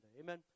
Amen